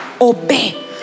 obey